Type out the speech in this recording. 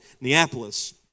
Neapolis